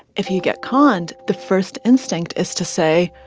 if you get conned, the first instinct is to say,